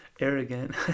arrogant